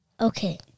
Okay